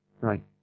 Right